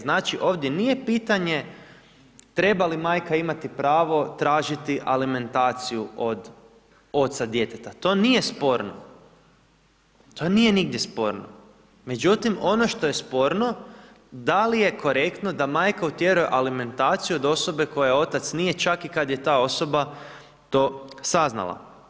Znači, ovdje nije pitanje treba li majka imati pravo tražiti alimentaciju od oca djeteta, to nije sporno, to nije nigdje sporno, međutim, ono što je sporno, da li je korektno da majka utjeruje alimentaciju od osobe koja otac nije, čak i kad je ta osoba to saznala.